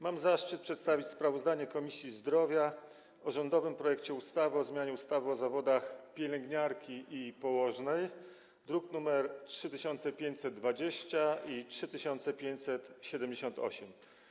Mam zaszczyt przedstawić sprawozdanie Komisji Zdrowia o rządowym projekcie ustawy o zmianie ustawy o zawodach pielęgniarki i położnej, druki nr 3520 i 3578.